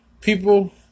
people